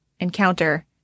encounter